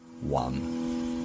one